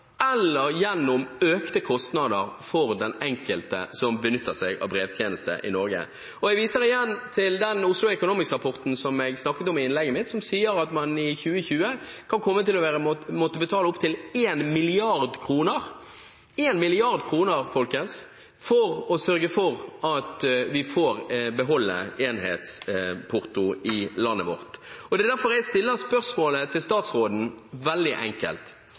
eller gjennom økte kostnader for den enkelte som benytter seg av brevtjeneste i Norge. Jeg viser igjen til den Oslo Economics-rapporten som jeg snakket om i innlegget mitt, som sier at man i 2020 kan komme til å måtte betale opp til 1 mrd. kr – 1 mrd. kr, folkens – for å sørge for at vi får beholde enhetsportoen i landet vårt. Det er derfor jeg stiller spørsmålet til statsråden veldig enkelt: